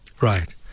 Right